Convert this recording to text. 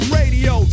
radio